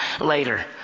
later